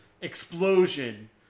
explosion